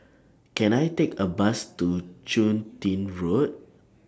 Can I Take A Bus to Chun Tin Road